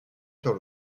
sur